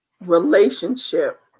relationship